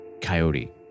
coyote